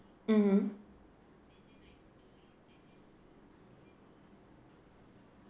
mmhmm